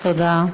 תודה.